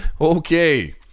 Okay